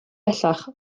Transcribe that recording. bellach